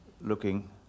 looking